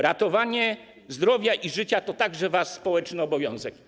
Ratowanie zdrowia i życia to także wasz społeczny obowiązek.